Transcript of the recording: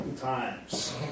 Times